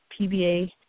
PBA